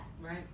Right